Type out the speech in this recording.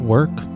Work